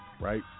right